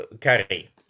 carry